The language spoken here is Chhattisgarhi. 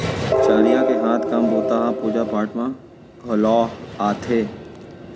चरिहा के हाथ काम बूता ह पूजा पाठ म घलौ आथे